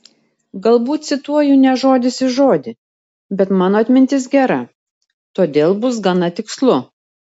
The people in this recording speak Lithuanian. galbūt cituoju ne žodis į žodį bet mano atmintis gera todėl bus gana tikslu